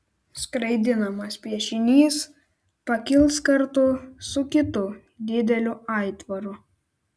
skraidinamas piešinys pakils kartu su kitu dideliu aitvaru